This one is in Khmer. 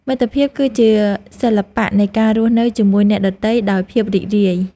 មិត្តភាពគឺជាសិល្បៈនៃការរស់នៅជាមួយអ្នកដទៃដោយភាពរីករាយ។